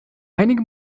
einige